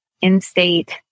in-state